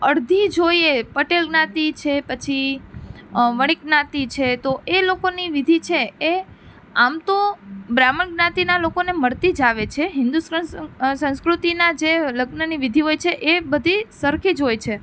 અર્ધી જોઈએ પટેલ જ્ઞાતિ છે પછી વણિક જ્ઞાતિ છે તો એ લોકોની વિધિ છે એ આમ તો બ્રાહ્મણ જ્ઞાતિના લોકોને મળતી જ આવે છે હિન્દુ સંસ્કૃ સંસ્કૃતિમાં જે લગ્નની વિધિ હોય છે એ બધી સરખી જ હોય છે